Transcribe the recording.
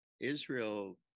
Israel